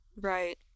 Right